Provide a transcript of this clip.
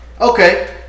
Okay